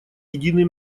единый